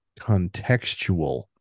contextual